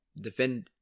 defend